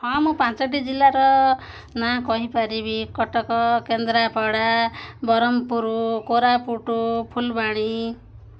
ହଁ ମୁଁ ପାଞ୍ଚଟି ଜିଲ୍ଲାର ନାଁ କହିପାରିବି କଟକ କେନ୍ଦ୍ରାପଡ଼ା ବ୍ରହ୍ମପୁର କୋରାପୁଟ ଫୁଲବାଣୀ